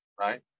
right